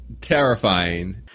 terrifying